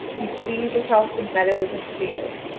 he flees across the meadows and fields,